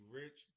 rich